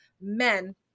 men